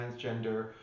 transgender